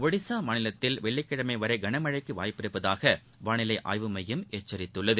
ஒடிசா மாநிலத்தில் வெள்ளிக்கிழமை வரை கனமழைக்கு வாய்ப்பிருப்பதாக வாளிலை ஆய்வு மையம் எச்சரித்துள்ளது